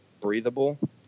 breathable